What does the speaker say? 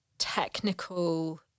technical